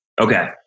Okay